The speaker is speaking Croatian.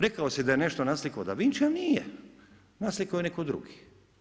Rekao si da je nešto naslikao Da Vinci a nije, naslikao je netko drugi.